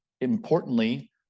Importantly